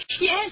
Yes